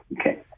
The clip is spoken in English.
Okay